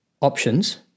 options